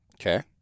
Okay